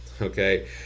Okay